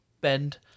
bend